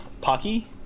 Pocky